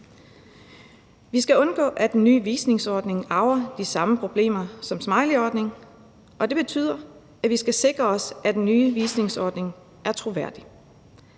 Vi skal undgå, at den nye visningsordning arver de samme problemer som smileyordningen, og det betyder, at vi skal sikre os, at den nye visningsordning er troværdig.